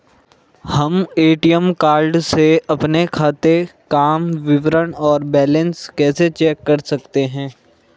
हम ATM card से अपने खाते काम विवरण और बैलेंस कैसे चेक कर सकते हैं?